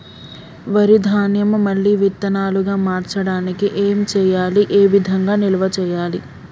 వరి ధాన్యము మళ్ళీ విత్తనాలు గా మార్చడానికి ఏం చేయాలి ఏ విధంగా నిల్వ చేయాలి?